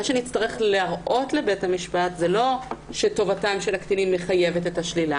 נצטרך להראות לבית המשפט לא שטובתם של הקטינים מחייבת את השלילה